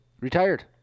retired